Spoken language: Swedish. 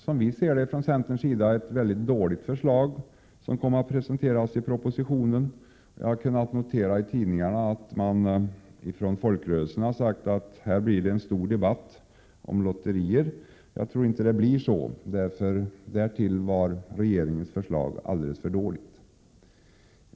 Som vi ser det i centern var det ett dåligt förslag som kom att presenteras i propositionen. Jag har kunnat notera i tidningarna att man från folkrörelsernas sida har sagt att det blir en stor debatt om lotterier. Jag tror inte att det blir det — därtill var regeringens förslag alltför dåligt.